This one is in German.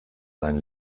sein